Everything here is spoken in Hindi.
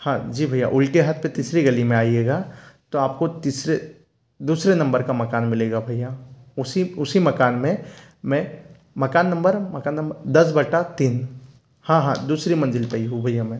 हाँ जी भैया उल्टे हाथ पे तीसरी गली में आएगा तो आपको तीसरी दूसरे नंबर का मकान मिलेगा भैया उसी उसी मकान में मैं मकान नंबर मकान नंबर दस बटा तीन हाँ हाँ दूसरी मंजील पे ही हूँ भैया मैं